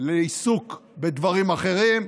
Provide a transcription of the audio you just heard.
לעיסוק בדברים אחרים.